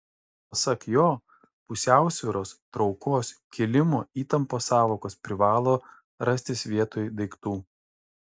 pasak jo pusiausvyros traukos kilimo įtampos sąvokos privalo rastis vietoj daiktų